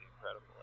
incredible